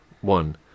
one